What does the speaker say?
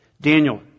Daniel